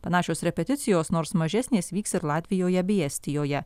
panašios repeticijos nors mažesnės vyks ir latvijoje bei estijoje